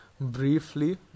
briefly